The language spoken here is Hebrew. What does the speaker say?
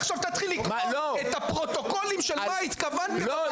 עכשיו תתחיל לקרוא את הפרוטוקולים של מה התכוונתם --- לא,